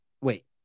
wait